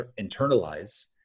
internalize